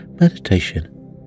meditation